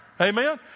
Amen